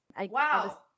Wow